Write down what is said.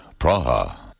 Praha